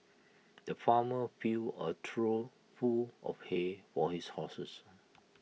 the farmer filled A trough full of hay for his horses